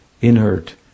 inert